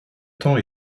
temps